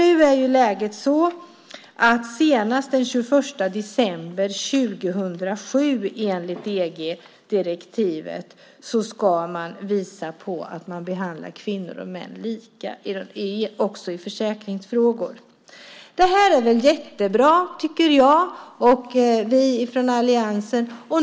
Nu är ju läget så att senast den 21 december 2007, enligt EG-direktivet, ska man visa att man behandlar kvinnor och män lika också i försäkringsfrågor. Det här är väl jättebra, tycker jag och vi från alliansen.